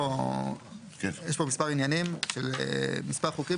יש כאן אינטרס של סוחרי העץ,